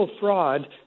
fraud